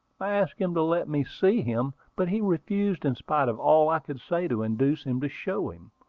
i asked him to let me see him, but he refused in spite of all i could say to induce him to show him.